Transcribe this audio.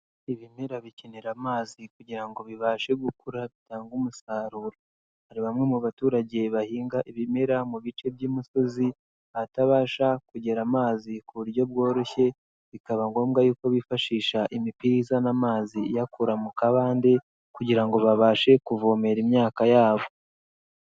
Ibimera bikenera amazi kugira ngo bibashe gukura bitangage umusaruro. Hari bamwe mu baturage bahinga ibimera mu bice by'imisozi, ahatabasha kugera amazi ku buryo bworoshye, bikaba ngombwa yuko bifashisha imipira izana amazi iyakura mu kabande kugira ngo babashe kuvomera imyaka yabo.